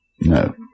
no